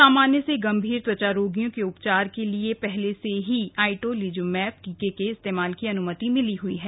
सामान्य से गंभीर त्वचा रोगियों के उपचार के लिए पहले से ही आइटोलिजुमैब टीके के इस्तेमाल की अनुमति मिली हुई है